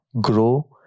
grow